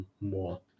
more